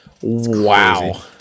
Wow